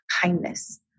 kindness